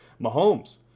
Mahomes